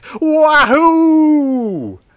Wahoo